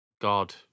God